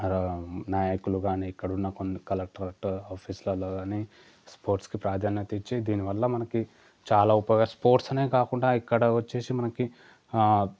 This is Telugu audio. అరా నాయకులు కానీ ఇక్కడున్న కొన్ని కలెక్టరేట్ ఆఫీస్లలో కానీ స్పోర్ట్స్కి ప్రాధాన్యత ఇచ్చి దీనివల్ల మనకి చాలా ఉపకర స్పోర్ట్స్ అనే కాకుండా ఇక్కడ వచ్చేసి మనకి